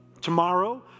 Tomorrow